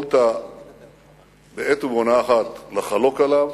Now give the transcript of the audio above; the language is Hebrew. יכולת בעת ובעונה אחת לחלוק עליו